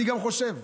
אני חושב,